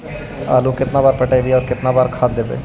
आलू केतना बार पटइबै और केतना बार खाद देबै?